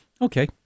Okay